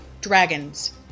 Dragons